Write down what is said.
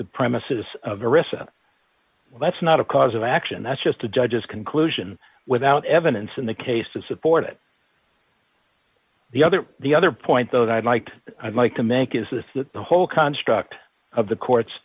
the premises but that's not a cause of action that's just a judge's conclusion without evidence in the case to support it the other the other point though that i'd like to i'd like to make is that the whole construct of the court's